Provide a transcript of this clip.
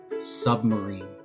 submarine